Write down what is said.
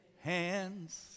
hands